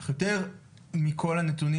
אך יותר מכל הנתונים,